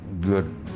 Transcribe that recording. good